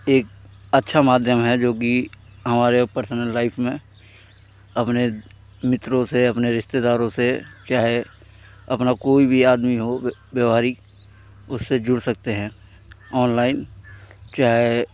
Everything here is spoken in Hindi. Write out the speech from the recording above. एक अच्छा माध्यम है जोकि हमारे पर्सनल लाइफ़ में अपने मित्रों से अपने रिश्तेदारों से चाहे अपना कोई भी आदमी हो व्यवहारिक उससे जुड़ सकते हैं ऑनलाइन चाहे